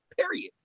period